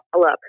look